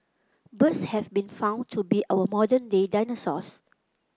birds have been found to be our modern day dinosaurs